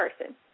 person